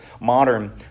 modern